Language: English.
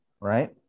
right